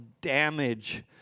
damage